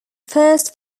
first